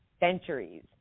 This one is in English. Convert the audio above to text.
centuries